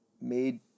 made